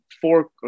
four